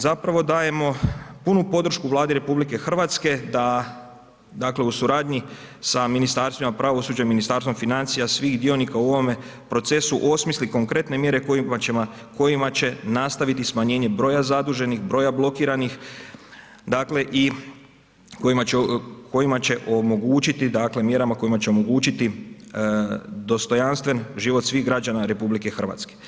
Zapravo dajemo punu podršku Vladi RH da dakle u suradnji sa Ministarstvima pravosuđa, Ministarstvom financija, svih dionika u ovome procesu osmisli konkretne mjere kojima će nastaviti smanjenje broja zaduženih, broja blokiranih, dakle i kojima će omogućiti dakle mjerama kojima će omogućiti dostojanstven život svih građana RH.